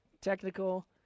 Technical